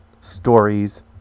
stories